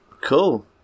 Cool